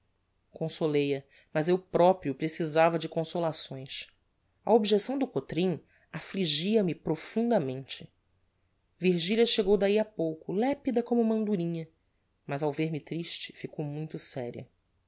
consolei a mas eu proprio precisava de consolações a objecção do cotrim affligia me profundamente virgilia chegou dahi a pouco lepida como uma andorinha mas ao ver-me triste ficou muito seria